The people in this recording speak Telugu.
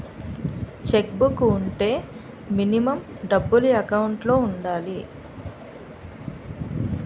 చెక్ బుక్ వుంటే మినిమం డబ్బులు ఎకౌంట్ లో ఉండాలి?